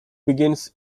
begins